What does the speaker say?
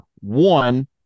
One